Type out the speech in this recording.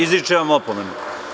Izričem vam opomenu.